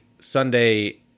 Sunday